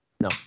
no